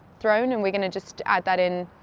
throne, and we're gonna just add that in.